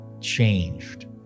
changed